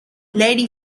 lady